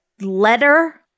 letter